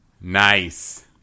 Nice